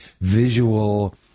visual